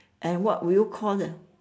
and what would you call them